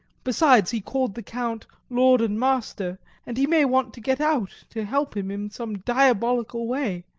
besides, he called the count lord and master and he may want to get out to help him in some diabolical way.